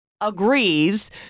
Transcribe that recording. agrees